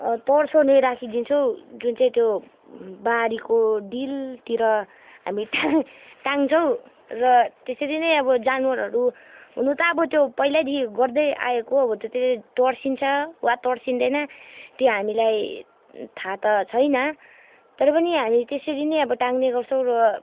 तर्साउने राखिदिन्छु जुन चाहिँ त्यो बारीको डिलतिर हामी टाङ् टाङ्छौँ र त्यसरी नै अब जनावरहरू हुनु त अब त्यो पहिलादेखि गर्दै आएको अब त्यो चाहिँ तर्सिन्छ वा तर्सिँदैन त्यो हामीलाई थाहा त छैन तर पनि हामी त्यसरी नै अब टाङ्ने गर्छौँ र